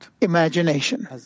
imagination